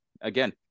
again